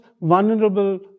vulnerable